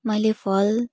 मैले फल